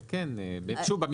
שוב,